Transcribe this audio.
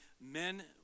men